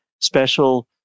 special